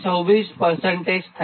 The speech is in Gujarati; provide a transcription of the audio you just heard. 26 થાય